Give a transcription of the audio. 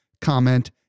comment